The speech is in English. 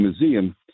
museum